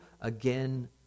again